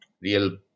real